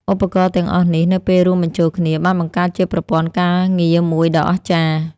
ឧបករណ៍ទាំងអស់នេះនៅពេលរួមបញ្ចូលគ្នា បានបង្កើតជាប្រព័ន្ធការងារមួយដ៏អស្ចារ្យ។